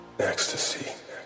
ecstasy